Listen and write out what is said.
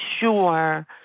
sure